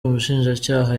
umushinjacyaha